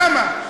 למה?